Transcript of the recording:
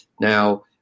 Now